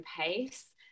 pace